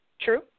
True